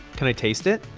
can i taste it?